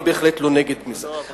אני בהחלט לא נגד זה.